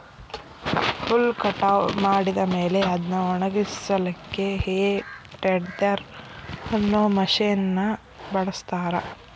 ಹುಲ್ಲ್ ಕಟಾವ್ ಮಾಡಿದ ಮೇಲೆ ಅದ್ನ ಒಣಗಸಲಿಕ್ಕೆ ಹೇ ಟೆಡ್ದೆರ್ ಅನ್ನೋ ಮಷೇನ್ ನ ಬಳಸ್ತಾರ